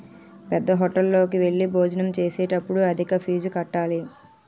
పేద్దహోటల్లోకి వెళ్లి భోజనం చేసేటప్పుడు అధిక ఫీజులు కట్టాలి